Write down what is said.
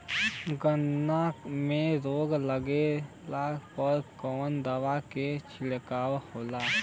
गन्ना में रोग लगले पर कवन दवा के छिड़काव होला?